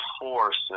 force